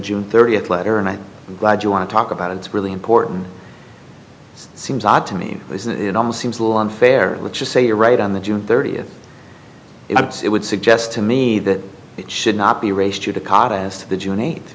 june thirtieth letter and i'm glad you want to talk about it it's really important seems odd to me that it almost seems a little unfair let's just say you're right on the june thirtieth it would suggest to me that it should not be ra